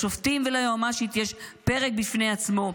לשופטים וליועמ"שית יש פרק בפני עצמו.